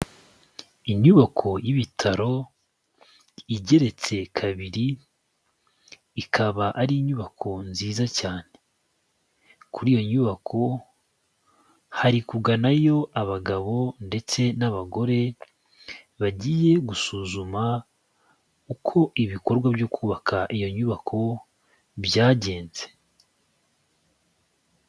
Inyubako y'ibitaro igeretse kabiri, ikaba ari inyubako nziza cyane, kuri iyo nyubako hari kuganayo abagabo ndetse n'abagore bagiye gusuzuma uko ibikorwa byo kubaka iyo nyubako byagenze.